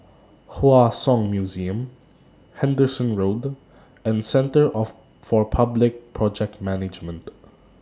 Hua Song Museum Henderson Road and Centre For Public Project Management